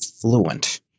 fluent